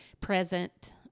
present